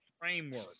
framework